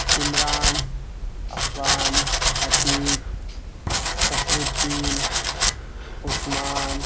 Imran Affan Atiq Fasihuddin Usman